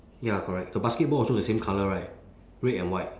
ya correct the basketball also the same colour right red and white